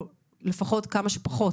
או לפחות כמה שפחות,